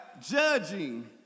judging